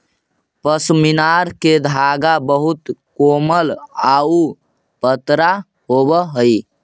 पशमीना के धागा बहुत कोमल आउ पतरा होवऽ हइ